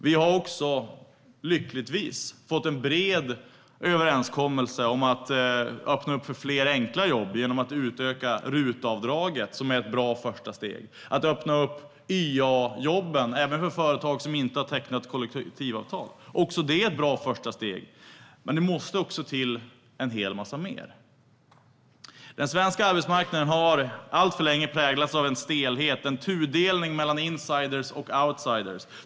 Vi har också, lyckligtvis, fått en bred överenskommelse om att öppna för fler enkla jobb genom att utöka RUT-avdraget, som är ett bra första steg, och genom att öppna YA-jobben även för företag som inte har tecknat kollektivavtal. Också det är ett bra första steg. Men det måste till en hel massa mer. Den svenska arbetsmarknaden har alltför länge präglats av en stelhet och en tudelning mellan insider och outsider.